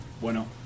bueno